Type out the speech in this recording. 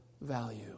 value